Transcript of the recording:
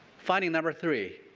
finding number three.